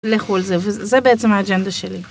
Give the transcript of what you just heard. לכו על זה, וזה בעצם האג'נדה שלי.